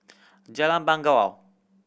Jalan Bangau